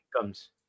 comes